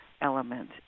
element